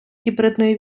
гібридної